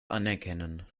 anerkennen